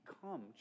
become